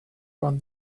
run